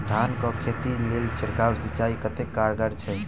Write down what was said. धान कऽ खेती लेल छिड़काव सिंचाई कतेक कारगर छै?